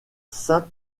sainte